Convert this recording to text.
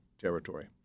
territory